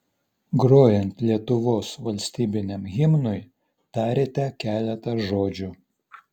grojant lietuvos valstybiniam himnui tarėte keletą žodžių